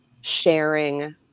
sharing